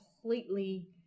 completely